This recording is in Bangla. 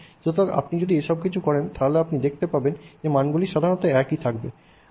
সুতরাং আপনি যদি এসব কিছু করেন তাহলে আপনি দেখতে পাবেন সাধারণত মানটি একই থাকবে